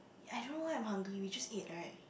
I don't know why I'm hungry we just ate right